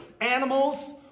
animals